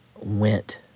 went